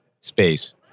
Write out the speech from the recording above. space